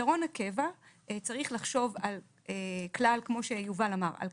בפתרון הקבע צריך לחשוב על כלל ההשלכות